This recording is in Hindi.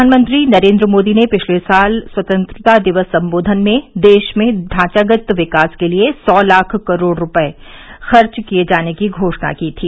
प्रधानमंत्री नरेंद्र मोदी ने पिछले साल स्वतंत्रता दिवस संबोधन में देश में ढांचागत विकास के लिए सौ लाख करोड़ रुपये खर्च किए जाने की घोषणा की थी